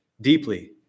deeply